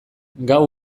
gau